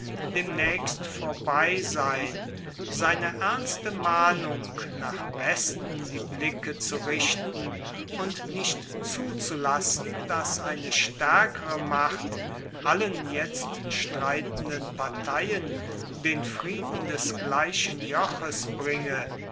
demnaechst vorbei sein seine ernste mahnung nach westen die blicke zu richten und nicht zuzulassen dass eine staerkere macht allen jetzt streitenden parteien den frieden des gleichen joches bringe